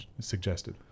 suggested